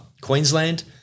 Queensland